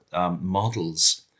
models